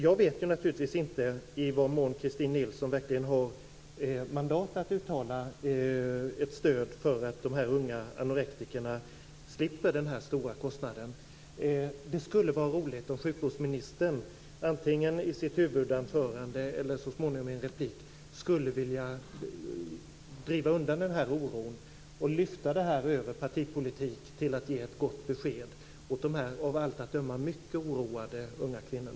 Jag vet naturligtvis inte i vilken mån Christin Nilsson verkligen har mandat att uttala ett stöd för tanken att de unga anorektikerna skall slippa denna stora kostnad. Det skulle vara roligt om sjukvårdsministern antingen i sitt huvudanförande eller så småningom i en replik skulle vilja driva undan denna oro, lyfta frågan över partipolitiken och ge ett gott besked åt dessa av allt att döma mycket oroade unga kvinnor.